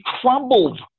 crumbled